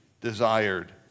desired